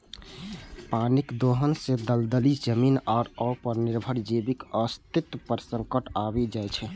पानिक दोहन सं दलदली जमीन आ ओय पर निर्भर जीवक अस्तित्व पर संकट आबि जाइ छै